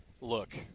Look